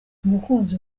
umukunzi